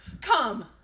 Come